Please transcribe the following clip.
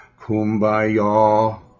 Kumbaya